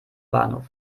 bahnhof